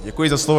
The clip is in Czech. Děkuji za slovo.